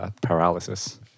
paralysis